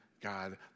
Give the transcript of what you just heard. God